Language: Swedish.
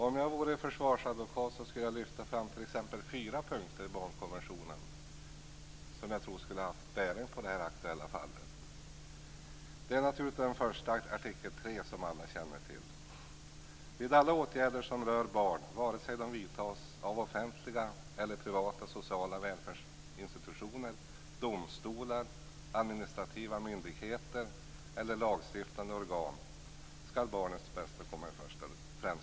Om jag vore försvarsadvokat skulle jag lyfta fram t.ex. fyra punkter i barnkonventionen som jag tror skulle ha haft bäring på det här aktuella fallet. Den första är naturligtvis artikel 3, som alla känner till: "Vid alla åtgärder som rör barn, vare sig de vidtas av offentliga eller privata sociala välfärdsinstitutioner, domstolar, administrativa myndigheter eller lagstiftande organ, skall barnets bästa komma i främsta rummet."